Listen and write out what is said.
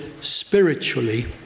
spiritually